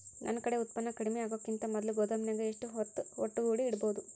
ನನ್ ಕಡೆ ಉತ್ಪನ್ನ ಕಡಿಮಿ ಆಗುಕಿಂತ ಮೊದಲ ಗೋದಾಮಿನ್ಯಾಗ ಎಷ್ಟ ಹೊತ್ತ ಒಟ್ಟುಗೂಡಿ ಇಡ್ಬೋದು?